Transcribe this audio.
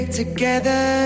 together